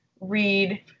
read